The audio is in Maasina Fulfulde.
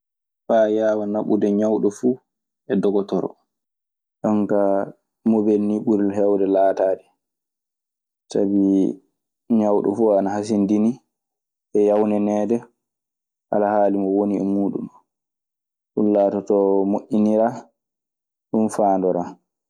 Faa yaawa naɓude ñawɗo fuu e dogotoro. Ɗon kaa mobel nii ɓuri heewde laataade. Sabi ñawɗo fuu ana hasindinii e yawnaneede alhaali mo woni e muuɗun oo. Ɗun laatotoo moƴƴiniraa. Ɗun faandoraa.